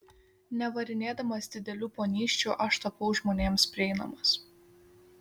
nevarinėdamas didelių ponysčių aš tapau žmonėms prieinamas